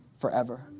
forever